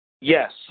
yes